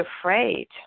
afraid